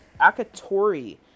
Akatori